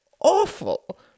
awful